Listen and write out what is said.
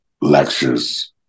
lectures